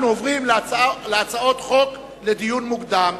אנחנו עוברים להצעות חוק לדיון מוקדם.